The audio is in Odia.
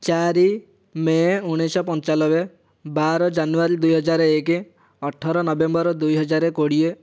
ଚାରି ମେ' ଉନେଇଶ ପଞ୍ଚାନବେ ବାର ଜାନୁଆରୀ ଦୁଇ ହାଜର ଏକ ଅଠର ନଭେମ୍ବର ଦୁଇ ହଜାରେ କୋଡ଼ିଏ